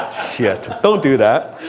shit. don't do that.